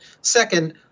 Second